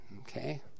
Okay